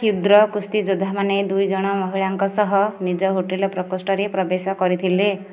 କ୍ଷୁଦ୍ର କୁସ୍ତିଯୋଦ୍ଧାମାନେ ଦୁଇଜଣ ମହିଳାଙ୍କ ସହ ନିଜ ହୋଟେଲ ପ୍ରକୋଷ୍ଠରେ ପ୍ରବେଶ କରିଥିଲେ